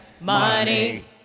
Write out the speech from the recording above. money